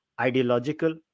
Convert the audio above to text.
ideological